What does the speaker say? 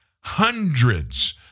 hundreds